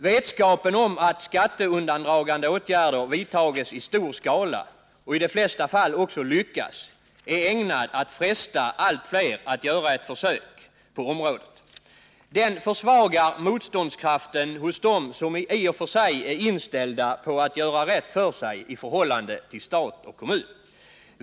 Vetskapen om att skatteundandragande åtgärder vidtages istor skala, och i de flesta fall också lyckas, är ägnad att fresta allt fler att göra ett försök på området. Den försvagar motståndskraften hos dem som i och för sig är inställda på att göra rätt för sig i förhållande till stat och kommun.